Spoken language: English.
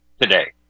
today